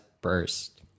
burst